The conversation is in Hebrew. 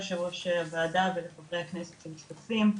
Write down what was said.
יושב ראש הוועדה ולחברי הכנסת המשתתפים.